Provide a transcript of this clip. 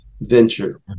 venture